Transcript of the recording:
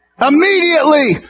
immediately